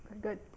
good